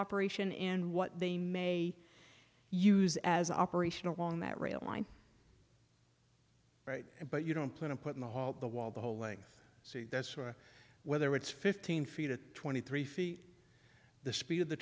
operation and what they may use as operational along that rail line right but you don't plan to put in the hall the wall the whole length say that's or whether it's fifteen feet or twenty three feet the speed of the